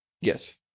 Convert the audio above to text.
Yes